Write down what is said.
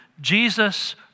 Jesus